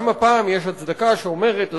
גם הפעם יש הצדקה שאומרת,